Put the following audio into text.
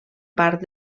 part